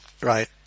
right